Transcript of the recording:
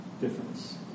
difference